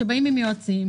כשבאים עם יועצים,